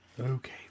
Okay